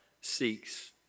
seeks